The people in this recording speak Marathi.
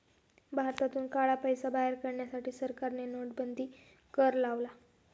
भारतातून काळा पैसा बाहेर काढण्यासाठी सरकारने नोटाबंदी कर लावला